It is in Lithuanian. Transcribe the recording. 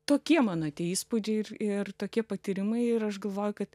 tokie mano tie įspūdžiai ir ir tokie patyrimai ir aš galvoju kad